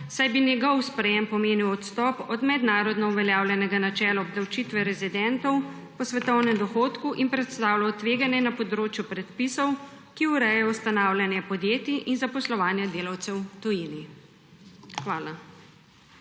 saj bi njegovo sprejetje pomenilo odstop od mednarodno uveljavljenega načela obdavčitve rezidentov po svetovnem dohodku in predstavljalo tveganje na področju predpisov, ki urejajo ustanavljanje podjetij in zaposlovanja delavcev v tujini. Hvala.